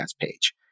page